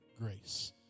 Grace